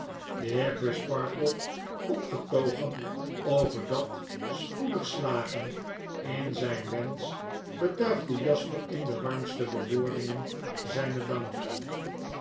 de heer crisparkle opgetogen over dat spoedig slagen in zyn wensch betuigde jasper in de warmste bewoordingen zynen dank